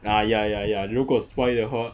ah ya ya ya 如果 spoil 的话